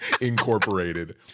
Incorporated